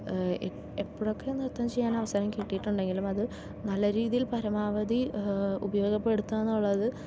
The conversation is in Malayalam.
എപ്പോഴൊക്കെ നൃത്തം ചെയ്യാൻ അവസരം കിട്ടിയിട്ടുണ്ടെങ്കിലും അത് നല്ല രീതിയിൽ പരമാവധി ഉപയോഗപ്പെടുത്തുകയെന്നുള്ളത്